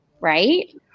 Right